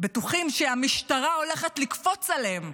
בטוחים שהמשטרה הולכת לקפוץ עליהם.